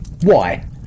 Why